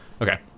Okay